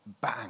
Bang